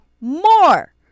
more